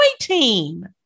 team